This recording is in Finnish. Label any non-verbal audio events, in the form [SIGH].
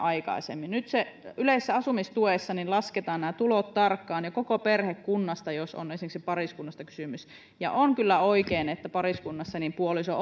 on aikaisemmin saanut nyt yleisessä asumistuessa lasketaan nämä tulot tarkkaan ja koko perhekunnasta jos on esimerkiksi pariskunnasta kysymys ja on kyllä oikein että pariskunnassa puoliso [UNINTELLIGIBLE]